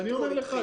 אז אני אומר לך,